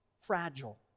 fragile